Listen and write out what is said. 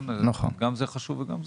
גם זה חשוב וגם זה.